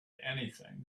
anything